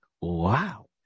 wow